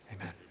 Amen